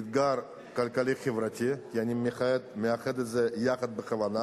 אתגר כלכלי-חברתי, אני מאחד את זה בכוונה,